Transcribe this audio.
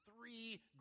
three